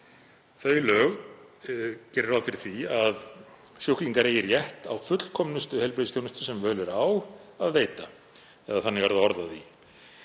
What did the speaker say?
þau lög geri ráð fyrir því að sjúklingar eigi rétt á fullkomnustu heilbrigðisþjónustu sem völ er á að veita. Þannig er það orðað í